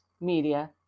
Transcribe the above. media